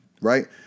right